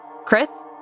Chris